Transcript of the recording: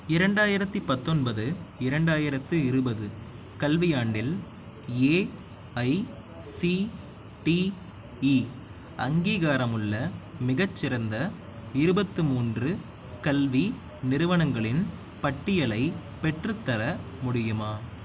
இரண்டாயிரத்தி பத்தொன்பது இரண்டாயிரத்தி இருபது கல்வியாண்டில் ஏஐசிடிஇ அங்கீகாரமுள்ள மிகச்சிறந்த இருபத்தி மூன்று கல்வி நிறுவனங்களின் பட்டியலை பெற்றுத்தர முடியுமா